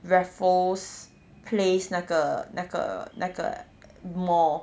raffles place 那个那个那个 mall